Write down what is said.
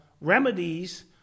remedies